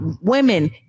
Women